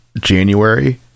January